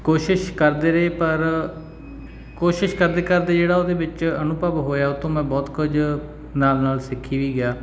ਕੋਸ਼ਿਸ਼ ਕਰਦੇ ਰਹੇ ਪਰ ਕੋਸ਼ਿਸ਼ ਕਰਦੇ ਕਰਦੇ ਜਿਹੜਾ ਉਹਦੇ ਵਿੱਚ ਅਨੁਭਵ ਹੋਇਆ ਉਹ ਤੋਂ ਮੈਂ ਬਹੁਤ ਕੁਝ ਨਾਲ ਨਾਲ ਸਿੱਖੀ ਵੀ ਗਿਆ